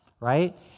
right